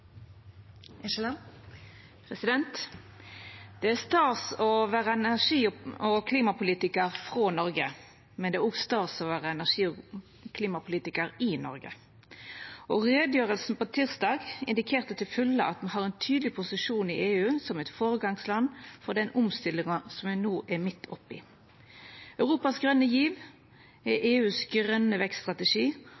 å vera energi- og klimapolitikar frå Noreg, men det er òg stas å vera energi- og klimapolitikar i Noreg. Utgreiinga på tysdag indikerte til fulle at me har ein tydeleg posisjon i EU som eit føregangsland for den omstillinga me no er midt oppi. Europas grøne giv er